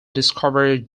discoverer